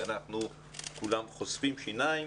וכולם חושפים שיניים,